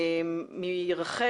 גדי